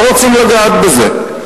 לא רוצים לגעת בזה.